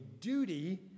duty